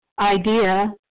idea